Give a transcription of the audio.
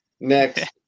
Next